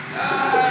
לך,